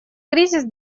кризис